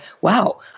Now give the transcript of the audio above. wow